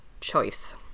Choice